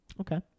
Okay